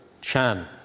Chan